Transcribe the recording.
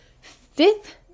Fifth